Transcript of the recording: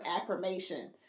affirmation